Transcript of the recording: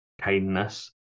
kindness